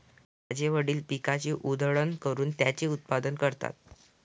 माझे वडील पिकाची उधळण करून त्याचे उत्पादन करतात